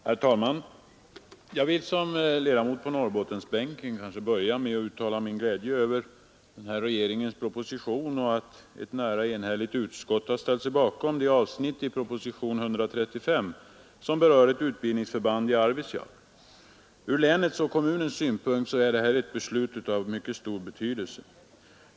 Herr talman! Jag vill som ledamot på Norrbottensbänken börja med att uttala min glädje över regeringens proposition och över att ett nära nog enhälligt utskott ställt sig bakom det avsnitt i propositionen 135 som berör ett utbildningsförband i Arvidsjaur. Ur länets och kommunens synpunkt är detta beslut av mycket stor betydelse.